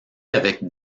avec